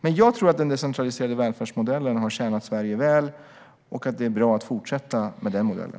Men jag tror att den decentraliserade välfärdsmodellen har tjänat Sverige väl och att det är bra att fortsätta med den modellen.